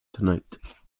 tonight